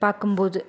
பார்க்கும்போது